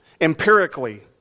empirically